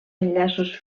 enllaços